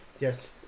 yes